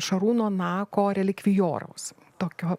šarūno nako relikvijoraus tokio